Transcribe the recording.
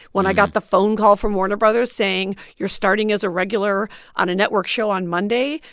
when i got the phone call from warner brothers saying, you're starting as a regular on a network show on monday,